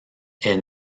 est